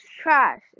trash